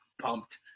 pumped